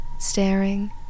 staring